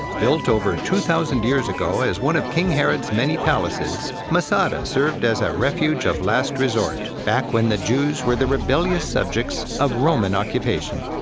built over two thousand years ago as one of king herod's many palaces, masada served as a refuge of last resort back when the jews were the rebellious subjects of roman occupation.